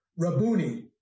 Rabuni